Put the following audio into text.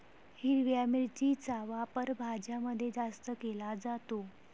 हिरव्या मिरचीचा वापर भाज्यांमध्ये जास्त केला जातो